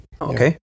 Okay